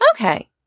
Okay